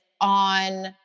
on